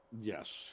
Yes